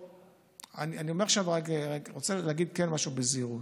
כן רוצה להגיד משהו בזהירות.